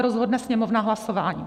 Rozhodne Sněmovna hlasováním.